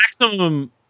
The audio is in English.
maximum